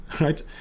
right